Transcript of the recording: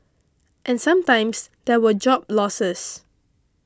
and sometimes there were job losses